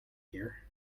here